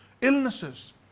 illnesses